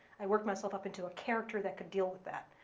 i worked myself up into a character that could deal with that.